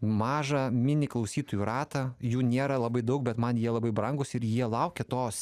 mažą mini klausytojų ratą jų nėra labai daug bet man jie labai brangūs ir jie laukia tos